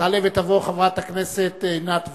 תעלה ותבוא חברת הכנסת עינת וילף.